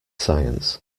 science